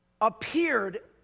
appeared